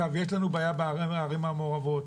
יש לנו בעיה בערים המעורבות,